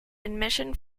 admission